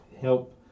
help